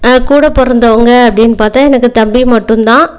கூட பிறந்தவங்க அப்படினு பார்த்தா எனக்கு தம்பி மட்டும் தான்